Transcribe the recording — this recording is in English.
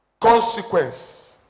Consequence